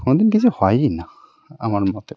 কোনোদিন কিছু হয়ই না আমার মতে